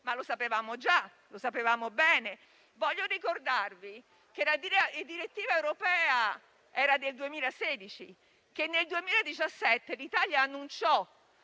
ma lo sapevamo già e lo sapevamo bene. Voglio rammentare che la direttiva europea è del 2016 e che nel 2017 l'Italia annunciò